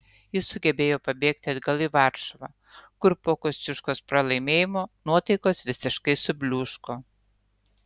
jis sugebėjo pabėgti atgal į varšuvą kur po kosciuškos pralaimėjimo nuotaikos visiškai subliūško